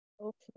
Okay